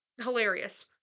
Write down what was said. hilarious